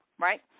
right